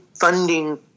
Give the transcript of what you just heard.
Funding